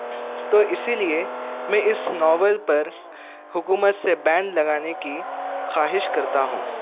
تو اسی لئے میں اس ناول پر حکومت سے بین لگانے کی خواہش کرتا ہوں